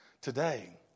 Today